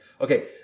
okay